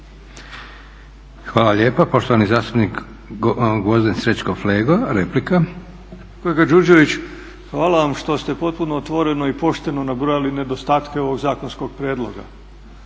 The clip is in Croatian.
Hvala lijepa. Poštovani zastupnik Gvozden Srećko Flego, replika. **Flego, Gvozden Srećko (SDP)** Kolega Đurđević, hvala vam što ste potpuno otvoreno i pošteno nabrojali nedostatke ovog zakonskog prijedloga